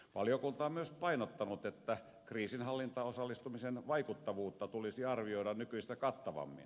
valiokunta on myös painottanut että kriisinhallintaan osallistumisen vaikuttavuutta tulisi arvioida nykyistä kattavammin